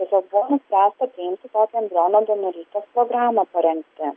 tiesiog buvo nuspręsta priimti tokią embriono donorystės programą paremti